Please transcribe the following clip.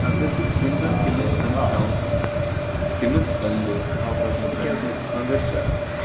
اگر بہٕ کُنہِ دۄہ تٔمس سَمکھیاوُس تٔمس وںہٕ بہٕ ژٕ کیازِ نہٕ خاندر کَران